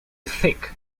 thick